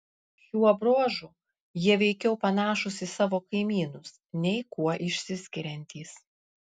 šiuo bruožu jie veikiau panašūs į savo kaimynus nei kuo išsiskiriantys